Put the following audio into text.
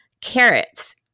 Carrots